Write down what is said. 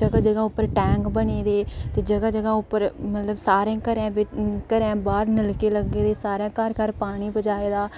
जगह जगह पर पानियै दे टैंक बने दे जगह जगह सारें घरें बाह्र नलके लग्गे दे घर घर पानी पजाए दा ते